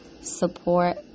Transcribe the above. support